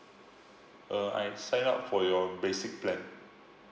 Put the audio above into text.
uh I signed up for your basic plan